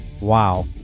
wow